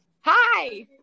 Hi